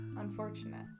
unfortunate